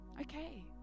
Okay